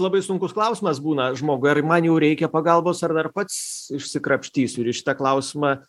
labai sunkus klausimas būna žmogui ar man jau reikia pagalbos ar dar pats išsikrapštysiu šitą klausimą